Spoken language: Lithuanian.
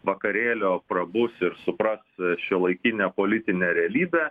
vakarėlio prabus ir supras šiuolaikinę politinę realybę